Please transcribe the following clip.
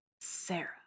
Sarah